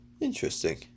Interesting